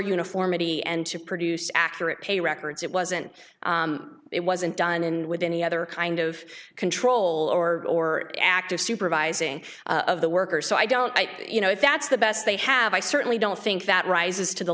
uniformity and to produce accurate records it wasn't it wasn't done in with any other kind of control or or active supervising of the workers so i don't you know if that's the best they have i certainly don't think that rises to the